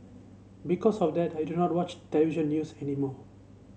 because of that I do not watch television news anymore